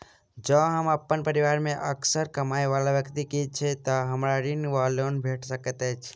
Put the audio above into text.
जँ हम अप्पन परिवार मे असगर कमाई वला व्यक्ति छी तऽ हमरा ऋण वा लोन भेट सकैत अछि?